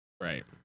Right